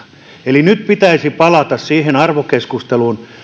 eli nyt pitäisi palata siihen arvokeskusteluun